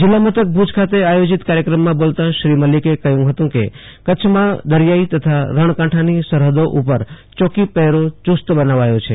જિલ્લા મથક ભુજ ખાતે આયોજિત કાર્યક્રમમાં બોલતા શ્રી મલીકે કહ્યું હતું કે કચ્છમાં દરિયાઈ તથા રણકાંઠાની સરહદો પર ચોકી પહેરો ચુસ્ત બનાવાયો છે